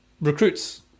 recruits